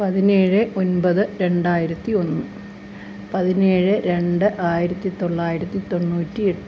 പതിനേഴ് ഒൻപത് രണ്ടായിരത്തി ഒന്ന് പതിനേഴ് രണ്ട് ആയിരത്തി തൊള്ളായിരത്തി തൊണ്ണൂറ്റി എട്ട്